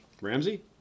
Ramsey